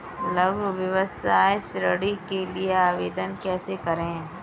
लघु व्यवसाय ऋण के लिए आवेदन कैसे करें?